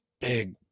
big